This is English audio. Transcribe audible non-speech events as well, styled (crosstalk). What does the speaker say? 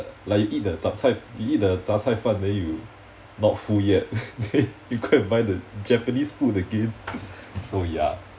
uh like you know eat the chap cai you know eat the zha cai fan then you not full yet (laughs) then you go and buy the japanese food again so ya